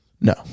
No